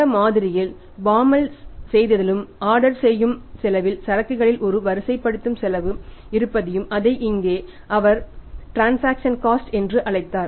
இந்த மாதிரியிலும் பாமால் என்று அழைத்தார்